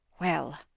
Well